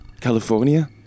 California